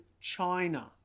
China